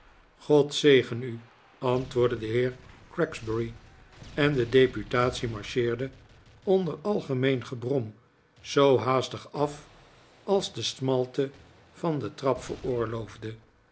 god zegen u antwoordde de heer gregsbury en de deputatie marcheerde onder algemeen gebrom zoo haastig af als de smalte van de trap